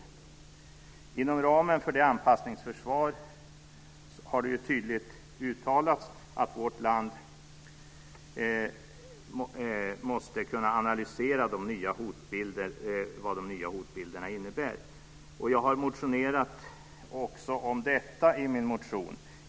Inom ramen för det anpassningsförsvar som det tydligt uttalats att vårt land ska ha bör det därför analyseras vad de nya hotbilderna innebär. Jag har tagit upp också detta i min motion.